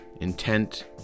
intent